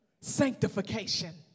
Sanctification